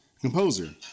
composer